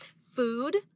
food